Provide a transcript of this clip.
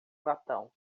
latão